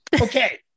Okay